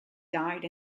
died